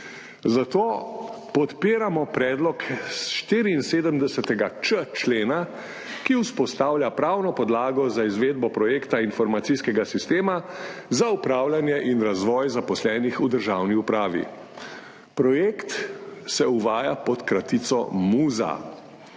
Zato podpiramo predlog 74.č člena, ki vzpostavlja pravno podlago za izvedbo projekta informacijskega sistema za upravljanje in razvoj zaposlenih v državni upravi. Projekt se uvaja pod kratico MUZA.